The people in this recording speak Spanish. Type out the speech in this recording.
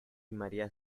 maría